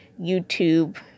YouTube